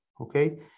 okay